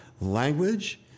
language